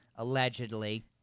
allegedly